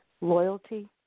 loyalty